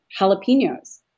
jalapenos